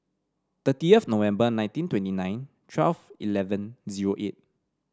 thirtieth November nineteen twenty nine twelve eleven zero eight